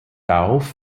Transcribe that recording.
darauf